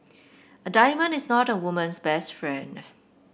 a diamond is not a woman's best friend